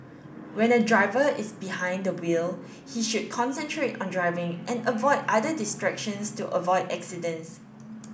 when a driver is behind the wheel he should concentrate on driving and avoid other distractions to avoid accidents